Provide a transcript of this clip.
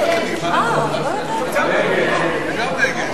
ההצעה להסיר מסדר-היום את הצעת חוק מס עיזבון,